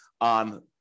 on